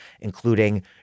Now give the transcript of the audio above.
including